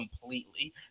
completely